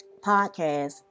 podcast